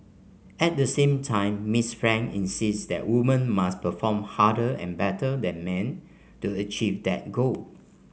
at the same time Miss Frank insists that woman must perform harder and better than man to achieve that goal